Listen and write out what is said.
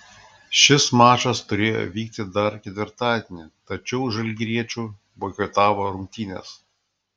šis mačas turėjo vykti dar ketvirtadienį tačiau žalgiriečių boikotavo rungtynes